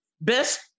best